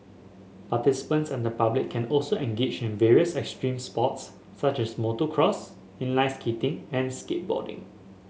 participants and the public can also engage in various extreme sports such as motocross inline skating and skateboarding